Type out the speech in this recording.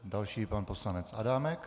Další je pan poslanec Adámek.